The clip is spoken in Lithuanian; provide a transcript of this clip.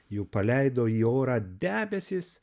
jų paleido į orą debesis